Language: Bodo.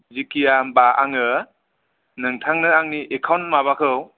जिखिया होनबा आङो नोंथांनो आंनि एकाउन्ट माबाखौ